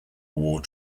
war